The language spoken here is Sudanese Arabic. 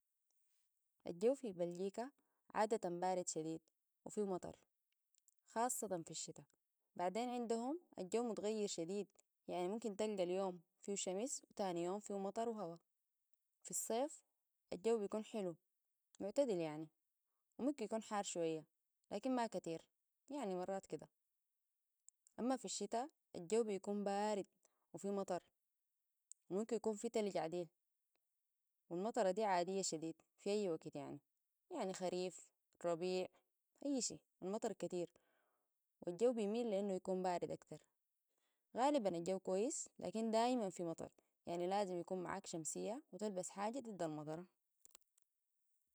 الجو في بلجيكا عادة بارد شديد وفيه مطر خاصتن في الشتاء بعدين عندهم الجو متغير شديد يعني ممكن تلقى اليوم فيه شمس وتاني يوم فيه مطر وهواء في الصيف الجو بيكون حلو معتدل يعني وممكن يكون حار شوية لكن ما كتير يعني مرات كده أما في الشتاء الجو بيكون بارد وفيه مطر وممكن يكون فيه تلج عاديل والمطر دي عاديه شديد في أي وقت يعني. يعني خريف ربيع أي شيء المطر كتير والجو بيميل لأنه يكون بارد أكتر غالبا الجو كويس لكن دائما في مطر يعني لازم يكون معاك شمسية وتلبس حاجة ضد المطره